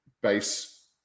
base